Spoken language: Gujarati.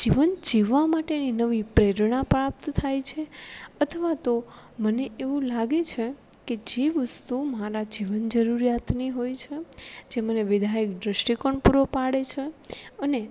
જીવન જીવવા માટેની નવી પ્રેરણા પ્રાપ્ત થાય છે અથવા તો મને એવું લાગે છે કે જે વસ્તુ મારા જીવન જરૂરિયાતની હોય છે જે મને વિધાયક દૃષ્ટિકોણ પૂરો પાડે છે અને